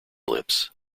lips